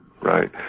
right